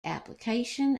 application